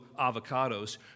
avocados